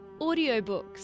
Audiobooks